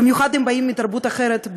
במיוחד אם באים מתרבות אחרת,